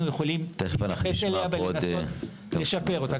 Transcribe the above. יכולים להתייחס אליה ולנסות לשפר אותה.